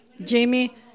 Jamie